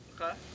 Okay